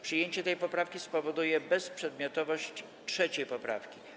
Przyjęcie tej poprawki spowoduje bezprzedmiotowość 3. poprawki.